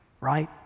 right